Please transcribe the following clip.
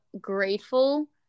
grateful